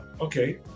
okay